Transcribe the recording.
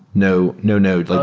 no no node. like